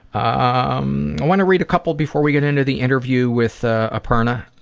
um i want to read a couple before we get into the interview with ah aparna.